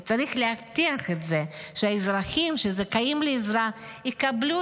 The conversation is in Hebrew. וצריך להבטיח את זה שהאזרחים שזכאים לעזרה יקבלו